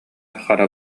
хара